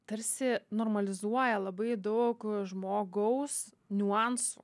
tarsi normalizuoja labai daug žmogaus niuansų